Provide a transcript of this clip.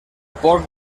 porc